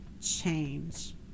change